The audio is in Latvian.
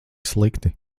slikti